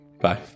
bye